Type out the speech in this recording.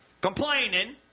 complaining